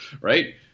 Right